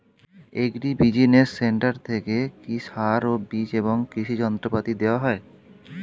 Agri business centre থেকে কি সার ও বিজ এবং কৃষি যন্ত্র পাতি দেওয়া হয়?